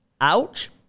ouch